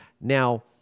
Now